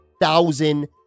thousand